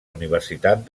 universitat